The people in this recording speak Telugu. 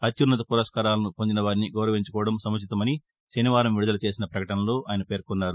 అత్యున్నత పురస్కారాలను పొందిన వారిని గౌరవించుకోవడం సముచితమని శనివారం విడుదల చేసిన ఒక పకటనలో పేర్కొన్నారు